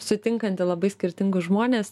sutinkantį labai skirtingus žmones